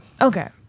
Okay